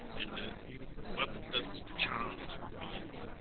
and what does char means?